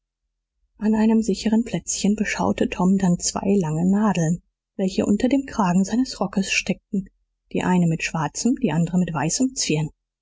an einem sicheren plätzchen beschaute tom dann zwei lange nadeln welche unter dem kragen seines rockes steckten die eine mit schwarzem die andere mit weißem zwirn